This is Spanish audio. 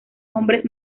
hombres